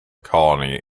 colony